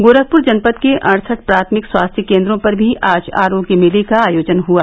गोरखपुर जनपद के अडसठ प्राथमिक स्वास्थ्य केन्दों पर भी आज आरोग्य मेले का आयोजन हुआ